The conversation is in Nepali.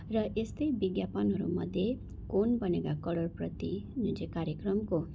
र यस्तै विज्ञापनहरूमध्ये कोन बनेगा कडोरपति जुनचाहिँ कार्यक्रमको